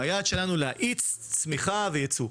והיעד שלנו הוא להאיץ צמיחה ויצוא.